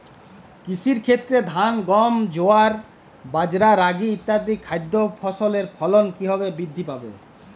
কৃষির ক্ষেত্রে ধান গম জোয়ার বাজরা রাগি ইত্যাদি খাদ্য ফসলের ফলন কীভাবে বৃদ্ধি পাবে?